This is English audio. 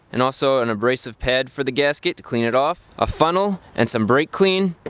and also an abrasive pad for the gasket to clean it off. a funnel and some brake clean,